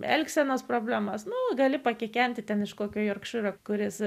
elgsenos problemas nors gali pakikenti ten iš kokio jorkšyro kuris